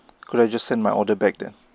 could I just send my order back there